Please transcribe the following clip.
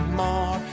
more